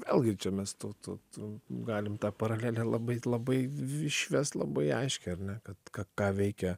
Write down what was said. vėlgi čia mes to to tų galim tą paralelę labai labai išvest labai aiškią ar ne kad kad ką veikia